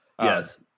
Yes